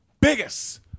biggest